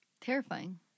Terrifying